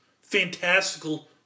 fantastical